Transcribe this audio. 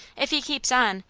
if he keeps on,